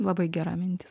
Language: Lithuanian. labai gera mintis